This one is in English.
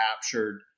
captured